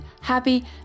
happy